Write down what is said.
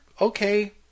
okay